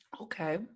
Okay